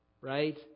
right